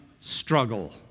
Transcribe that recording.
struggle